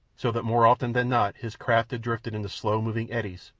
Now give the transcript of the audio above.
so that more often than not his craft had drifted in the slow-going eddies,